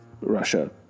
Russia